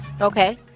okay